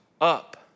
up